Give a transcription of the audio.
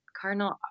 Cardinal